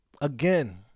Again